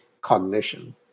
cognition